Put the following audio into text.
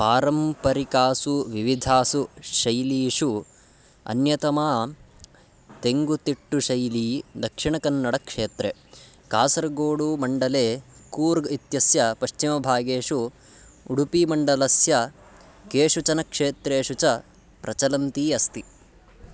पारम्परिकासु विविधासु शैलीषु अन्यतमा तेङ्गुतिट्टुशैली दक्षिणकन्नडक्षेत्रे कासर्गोडुमण्डले कूर्ग् इत्यस्य पश्चिमभागेषु उडुपीमण्डलस्य केषुचन क्षेत्रेषु च प्रचलन्ती अस्ति